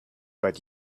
but